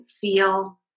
feel